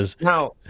now